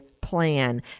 plan